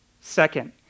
Second